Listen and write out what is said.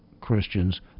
Christians